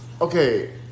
Okay